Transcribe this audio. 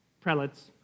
prelates